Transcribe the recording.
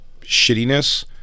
shittiness